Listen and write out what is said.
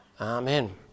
Amen